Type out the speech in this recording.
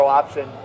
option